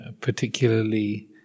particularly